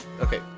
Okay